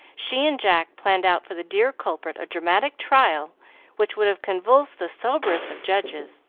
she and jack planned out for the dear culprit a dramatic trial which would have convulsed the soberest of judges.